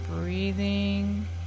breathing